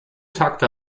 takte